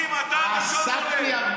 עסקתי, אני רואה שמעורר עניין הנושא.